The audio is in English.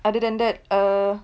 other than that uh